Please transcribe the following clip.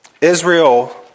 Israel